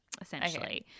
essentially